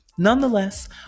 Nonetheless